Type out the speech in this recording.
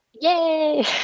yay